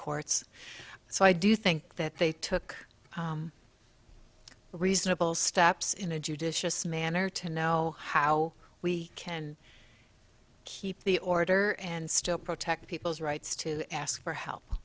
courts so i do think that they took reasonable steps in a judicious manner to know how we can keep the order and still protect people's rights to ask for help